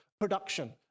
production